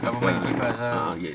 government give us ah